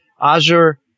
Azure